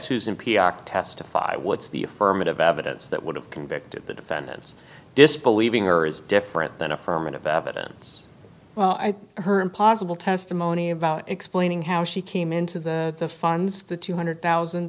r testify what's the affirmative evidence that would have convicted the defendant's disbelieving or is different than affirmative evidence well i think her impossible testimony about explaining how she came into the funds the two hundred thousand